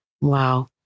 Wow